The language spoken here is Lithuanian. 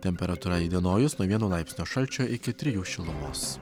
temperatūra įdienojus nuo vieno laipsnio šalčio iki trijų šilumos